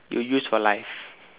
you use for life